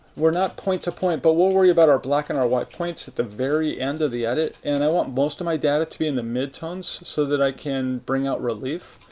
we're not point to point, but we'll worry about our black and our white points at the very end of the edit, and i want most of my data to be in the mid-tones so that i can bring out relief.